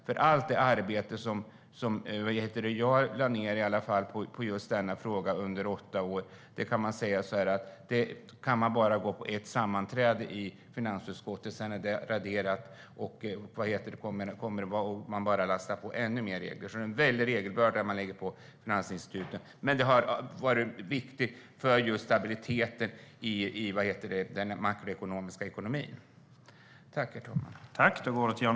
När det gäller allt arbete som jag lade ned på denna fråga under åtta år räcker det med ett sammanträde i finansutskottet för att det ska raderas. Man bara lastar på ännu mer regler. Det är en väldigt stor regelbörda som man lägger på finansinstituteten, men det har varit viktigt för stabiliteten i makroekonomin.